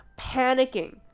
panicking